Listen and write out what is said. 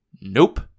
Nope